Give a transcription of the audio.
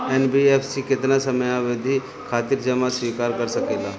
NBFC केतना समयावधि खातिर जमा स्वीकार कर सकला?